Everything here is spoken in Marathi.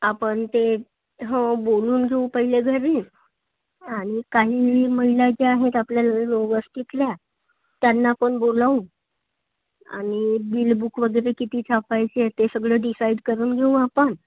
आपण ते हो बोलून घेऊ पहिले घरी आणि काही महिला ज्या आहेत आपल्या ल वस्तीतल्या त्यांना पण बोलवू आणि बिलबुक वगैरे किती छापायचे ते सगळं डिसाईड करून घेऊ आपण